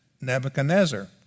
Nebuchadnezzar